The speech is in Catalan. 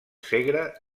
segre